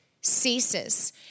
ceases